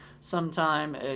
sometime